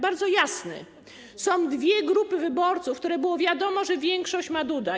Bardzo jasne: są dwie grupy wyborców, w których było wiadomo, że większość ma Duda.